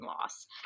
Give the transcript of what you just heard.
loss